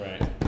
Right